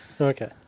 Okay